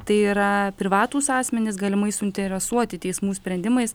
tai yra privatūs asmenys galimai suinteresuoti teismų sprendimais